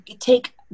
take